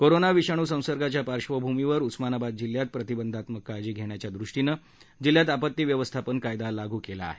corona विषाणू संसर्गाचा पार्श्वभूमीवर उस्मानाबाद जिल्ह्यात प्रतिबंधात्मक काळजी घेण्याच्या दृष्टीने जिल्ह्यात आपत्ती व्यवस्थापन कायदा लागू केला आहे